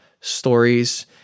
stories